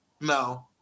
no